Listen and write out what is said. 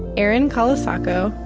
erin colasacco,